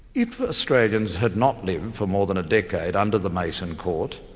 if australians had not lived for more than a decade under the mason court,